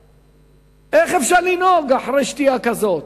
איך אפשר לנהוג אחרי שתייה כזאת?